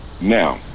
Now